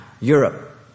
Europe